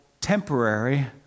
temporary